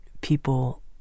people